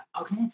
okay